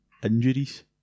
injuries